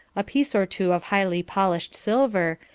a piece or two of highly polished silver,